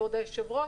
כבוד היושב-ראש,